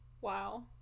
Wow